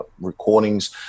recordings